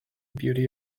beauty